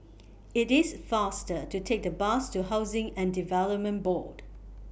IT IS faster to Take The Bus to Housing and Development Board